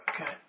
Okay